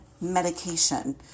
medication